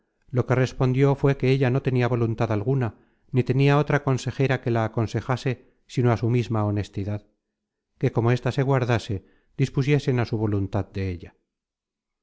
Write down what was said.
lo que respondió fué que ella no tenia voluntad alguna ni tenia otra consejera que la aconsejase sino á su misma honestidad que como ésta se guardase dispusiesen á su voluntad de ella